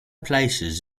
places